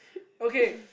okay